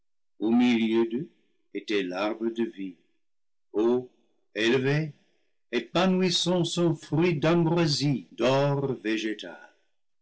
au milieu d'eux était l'arbre de vie haut élevé épanouissant son fruit d'ambroisie d'or végétal